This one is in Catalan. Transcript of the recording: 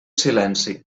silenci